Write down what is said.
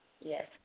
Yes